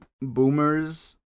Boomers